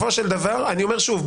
אני אומר שוב,